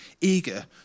eager